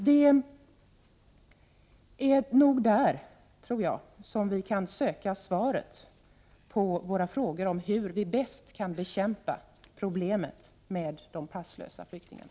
Det är nog där som vi kan söka svaret på våra frågor om hur vi bäst skall kunna bekämpa problemet med de passlösa flyktingarna.